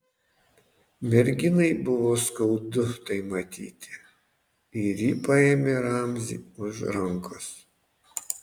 merginai buvo skaudu tai matyti ir ji paėmė ramzį už rankos